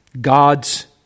God's